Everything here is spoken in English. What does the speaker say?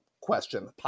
question